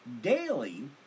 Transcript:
daily